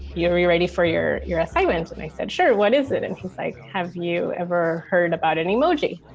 you know, are you ready for your your assignment? and i said, sure, what is it? and he's like, have you ever heard about any mojie?